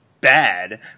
bad